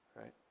right